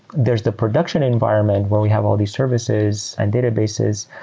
there's the production environment where we have all these services and databases,